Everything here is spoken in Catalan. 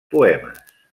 poemes